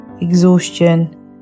exhaustion